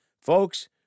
Folks